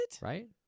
Right